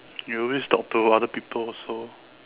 you always talk to other people also